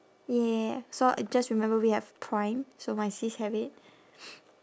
ya so I just remember we have prime so my sis have it